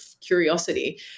curiosity